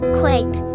quake